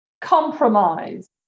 Compromise